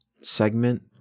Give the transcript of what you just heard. segment